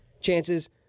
chances